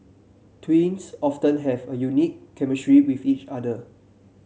twins often have a unique chemistry with each other